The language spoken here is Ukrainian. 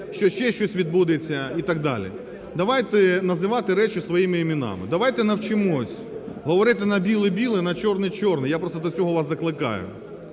що ще щось відбудеться і так далі. Давайте називати речі своїми іменами, давайте навчимось говорити на біле – біле, на чорне – чорне. Я просто до цього вас закликаю.